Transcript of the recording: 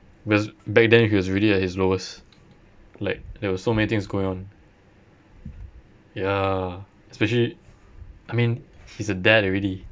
because back then he was really at his lowest like there were so many things going on ya especially I mean he's a dad already